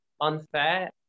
unfair